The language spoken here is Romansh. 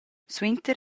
suenter